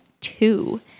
two